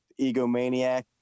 egomaniac